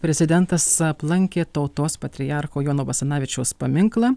prezidentas aplankė tautos patriarcho jono basanavičiaus paminklą